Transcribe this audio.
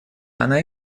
она